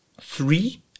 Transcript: Three